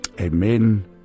Amen